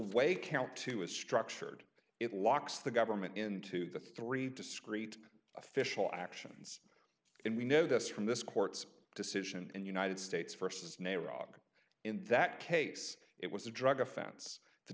way count two is structured it locks the government into the three discreet official actions and we notice from this court's decision and united states versus neighbor rog in that case it was a drug offense t